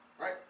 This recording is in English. Right